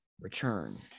return